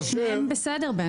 אז שניהם בסדר.